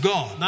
God